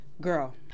Girl